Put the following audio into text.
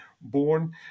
born